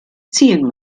ziehen